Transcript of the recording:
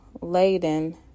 laden